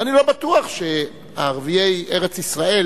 ואני לא בטוח שערביי ארץ-ישראל,